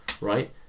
right